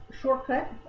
shortcut